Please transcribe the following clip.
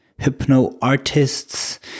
hypno-artists